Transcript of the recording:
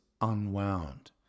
unwound